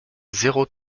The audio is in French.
zéro